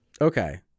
Okay